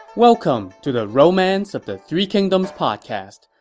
welcome to the romance of the three kingdoms podcast.